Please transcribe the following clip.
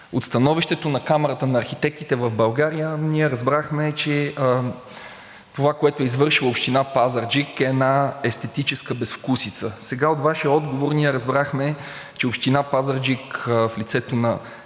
От становището на Камарата на архитектите в България ние разбрахме, че това, което е извършила Община Пазарджик, е една естетическа безвкусица. Сега от Вашия отговор ние разбрахме, че Община Пазарджик, в лицето на